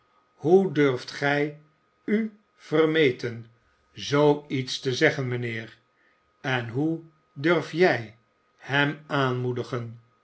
hoe durft gij u vermeten zoo iets te zeggen mijnheer en hoe durf jij hem aanmoedigen